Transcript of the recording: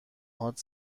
هات